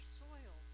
soil